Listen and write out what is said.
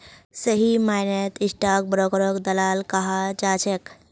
सही मायनेत स्टाक ब्रोकरक दलाल कहाल जा छे